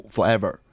Forever